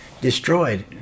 destroyed